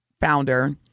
founder